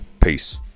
Peace